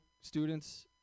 students